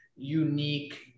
unique